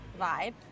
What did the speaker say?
vibe